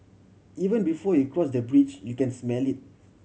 even before you cross the bridge you can smell it